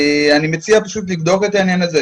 אני מציע פשוט לבדוק את העניין הזה.